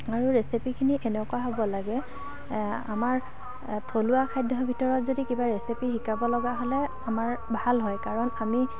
আৰু ৰেচিপিখিনি এনেকুৱা হ'ব লাগে আমাৰ থলুৱা খাদ্যৰ ভিতৰত যদি কিবা ৰেচিপি শিকাব লগা হ'লে আমাৰ ভাল হয় কাৰণ আমি